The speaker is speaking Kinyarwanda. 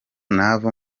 nava